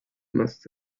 must